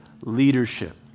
leadership